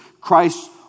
Christ